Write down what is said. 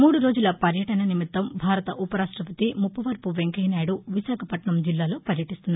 మూడు రోజుల పర్యటన నిమిత్తం భారత ఉపరాష్ట్రపతి ముప్పవరపు వెంకయ్య నాయుడు విశాఖపట్టణం జిల్లాలో పర్యటీస్తున్నారు